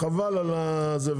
חבל על זה.